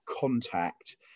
contact